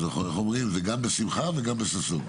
אז איך אומרים, גם בשמחה וגם בששון.